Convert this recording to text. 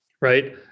right